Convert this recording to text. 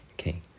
Okay